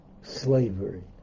slavery